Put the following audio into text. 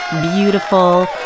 beautiful